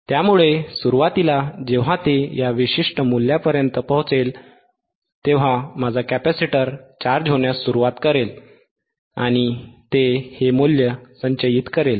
त्यामुळे सुरुवातीला जेव्हा ते या विशिष्ट मूल्यापर्यंत पोहोचेल तेव्हा माझा कॅपेसिटर चार्ज होण्यास सुरुवात करेल आणि ते हे मूल्य संचयित करेल